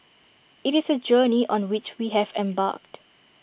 IT is A journey on which we have embarked